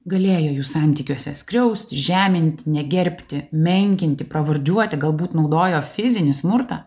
galėjo jų santykiuose skriausti žeminti negerbti menkinti pravardžiuoti galbūt naudojo fizinį smurtą